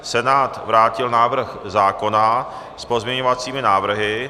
Senát vrátil návrh zákona s pozměňovací návrhy.